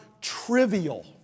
trivial